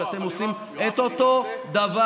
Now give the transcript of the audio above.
כשאתם עושים את אותו דבר,